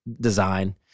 design